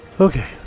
Okay